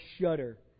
shudder